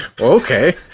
Okay